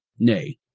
nay,